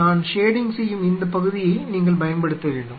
நான் ஷேடிங் செய்யும் இந்த பகுதியை நீங்கள் பயன்படுத்த வேண்டும்